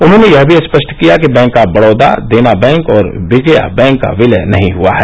उन्होंने यह भी स्पष्ट किया कि bank of Baroda Dena bank और विजया बैंक का विलय नहीं हुआ है